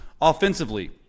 offensively